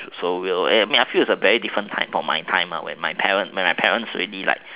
so real I feel it's a very different time from my time when my parents already like